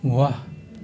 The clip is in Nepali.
वाह